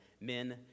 men